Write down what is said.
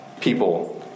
people